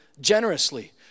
generously